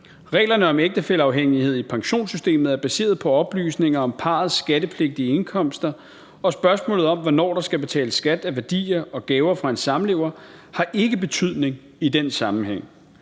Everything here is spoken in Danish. Reglerne om ægtefælleafhængighed i pensionssystemet er baseret på oplysninger om parrets skattepligtige indkomster, og spørgsmålet om, hvornår der skal betales skat af værdier og gaver fra en samlever, har ikke betydning i den sammenhæng.